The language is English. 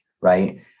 Right